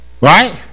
Right